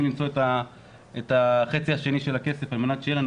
למצוא את החצי השני של הכסף על מנת שיהיה לנו,